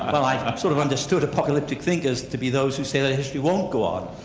i sort of understood apocalyptic thinkers to be those who say that history won't go on.